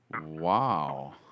Wow